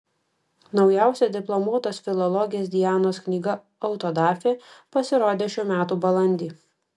naujausia diplomuotos filologės dianos knyga autodafė pasirodė šių metų balandį